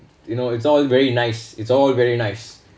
you know it's all very nice it's all very nice